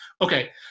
Okay